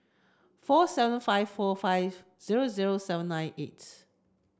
four seven five four five zero zero seven nine eights